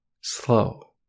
slow